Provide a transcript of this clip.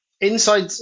inside